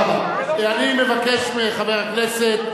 אני מבקש מחבר הכנסת.